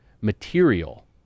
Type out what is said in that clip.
material